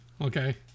Okay